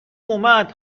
اومد